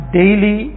daily